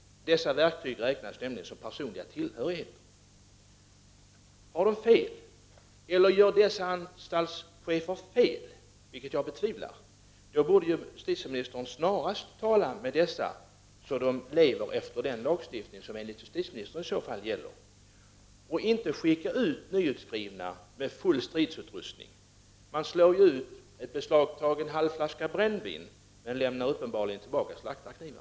Dessa redskap räknas nämligen som personliga tillhörigheter. Eller gör dessa anstaltschefer fel, något som jag betvivlar? I så fall borde justitieministern snarast tala med dem och se till att de följer den lagstiftning som enligt justitieministern gäller och inte skickar ut nyutskrivna med full stridsutrustning. Man slår ut en beslagtagen halvflaska brännvin men lämnar uppenbarligen tillbaka slaktarknivar.